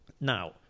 now